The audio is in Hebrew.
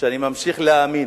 שאני ממשיך להאמין